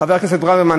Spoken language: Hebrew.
חבר הכנסת ברוורמן,